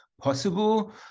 possible